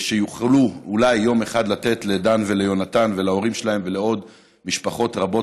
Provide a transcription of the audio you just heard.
שיוכלו אולי יום אחד לתת לדן וליהונתן ולהורים שלהם ולעוד משפחות רבות,